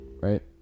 right